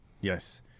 Yes